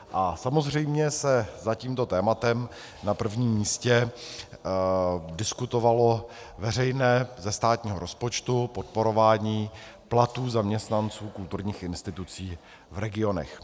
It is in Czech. A samozřejmě se za tímto tématem na prvním místě diskutovalo veřejné, ze státního rozpočtu, podporování platů zaměstnanců kulturních institucí v regionech.